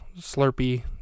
slurpee